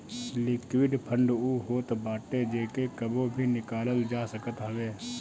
liquid fund उ होत बाटे जेके कबो भी निकालल जा सकत हवे